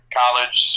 college